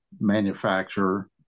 manufacturer